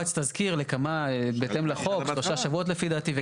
הופץ תזכיר לכמה, בהתאם לחוק, שלושה שבועות לדעתי.